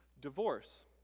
divorce